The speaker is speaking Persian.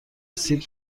سیب